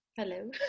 Hello